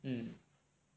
mm